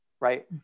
right